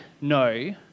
no